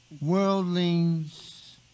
Worldlings